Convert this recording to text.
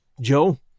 Joe